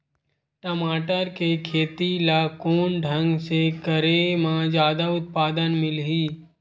टमाटर के खेती ला कोन ढंग से करे म जादा उत्पादन मिलही?